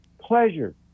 pleasure